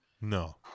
no